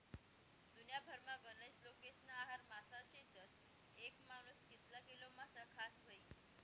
दुन्याभरमा गनज लोकेस्ना आहार मासा शेतस, येक मानूस कितला किलो मासा खास व्हयी?